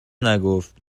نگفت